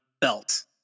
belt